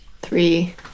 Three